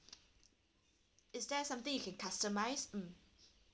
is there something you can customise mm